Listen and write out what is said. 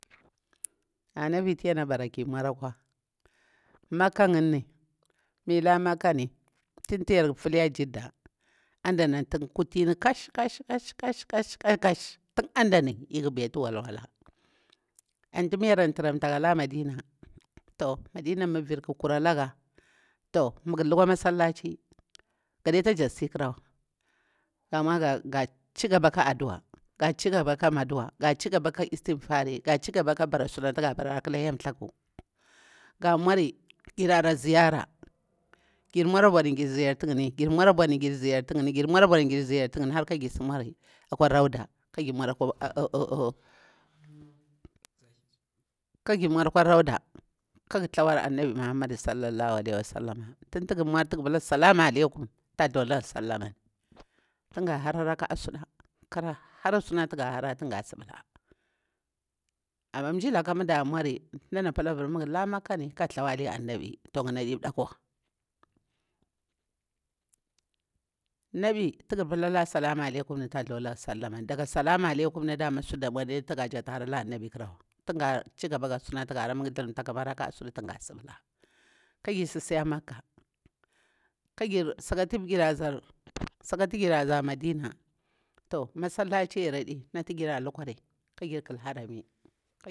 Ana vatu yana bara ki mau akwa makka yinni mi la makka ni tuntu yarku fuli a ha jidda adani antu kati kash kash kash kash tun aɗani iƙa betu wal wala antu mu yar turam ta ka la madina to madina mah virkha kuralaga to mah ga lakwa masallaci gadeta jittu si kharawa ga mau ga chigaba ka addua ga chigaba ka maduwa ka istikferi ga chigaba ka bara butu ga bara akala hyel thaku ga mauri jirara ziyara jir mauri abauni jir ziyarta yirni jirmauri abauni jir ziyartu yini har ka jir su mauri akwa rauda kajir mauri akwa rauda kaga thawai annabi mohammadu sallallahu alaihu wasallam tuntu ga mau antu ga pula salamu alaikum ta thulaga salamani tunga hara raka''a suda kara hara sunatu ga har kara suɓula ama nyi laka na pula muga la makkani kara thawali annabi to yini adi ɗa kuwa naɓi tu gha pilala salamu alaikum tak thuwa daga salamu alaikum tuga hara achibutu ga jaktu haira la ƙarawa tunga chigaba ka satu ga harari muga tharumta ƙama raka'a suɗa tumga suɓula kajir siis ahaka makka sakahi jiraza madina toh masalaciyari adinatu jira lukwari kajir kal harami